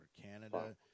Canada